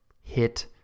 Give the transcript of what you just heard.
hit